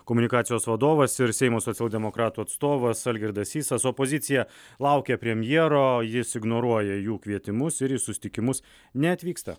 komunikacijos vadovas ir seimo socialdemokratų atstovas algirdas sysas opozicija laukia premjero jis ignoruoja jų kvietimus ir į susitikimus neatvyksta